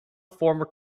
former